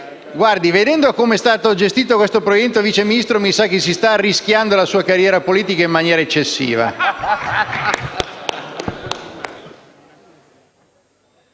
Ministro, vedendo come è stato gestito questo provvedimento, mi sa che si sta arrischiando la sua carriera politica in maniera eccessiva.